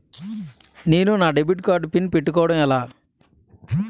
నేను నా debit card PIN పెట్టుకోవడం ఎలా?